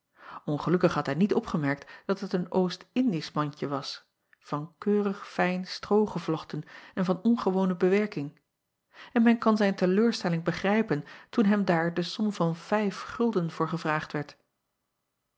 ngelukkig had hij niet opgemerkt dat het een ndisch mandje was van keurig fijn stroo gevloch acob van ennep laasje evenster delen ten en van ongewone bewerking en men kan zijn te leur stelling begrijpen toen hem daar de som van vijf gulden voor gevraagd werd